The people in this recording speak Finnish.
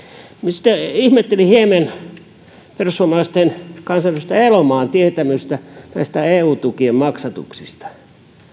sitten ihmettelin hieman perussuomalaisten kansanedustaja elomaan tietämystä eu tukien maksatuksista